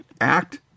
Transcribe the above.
act